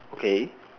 okay